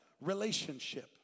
relationship